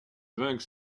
vainc